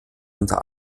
unter